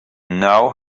now